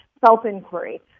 self-inquiry